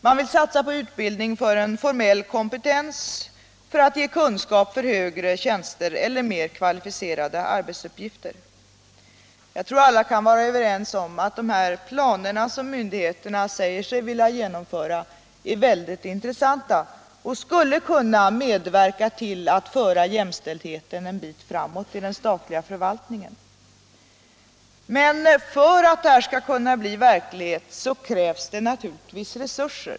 Man vill satsa på utbildning för en formell kompetens för att ge kunskap för högre tjänster eller mer kvalificerade arbetsuppgifter. Jag tror alla kan vara överens om att de planer som myndigheterna säger sig vilja genomföra är väldigt intressanta och skulle kunna medverka till att föra jämställdheten en bit framåt i den statliga förvaltningen. Men för att detta skall kunna bli verklighet krävs det naturligtvis resurser.